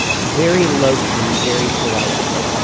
very low key, very polite, just like,